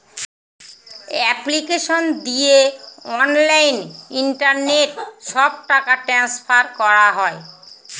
application দিয়ে online internet সব টাকা ট্রান্সফার করা হয়